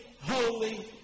holy